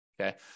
okay